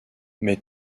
mais